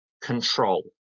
Control